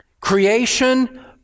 Creation